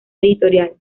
editorial